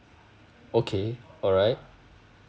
okay alright